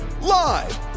Live